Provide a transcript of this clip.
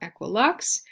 equilux